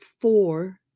four